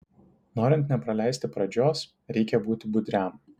norint nepraleisti pradžios reikia būti budriam